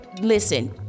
Listen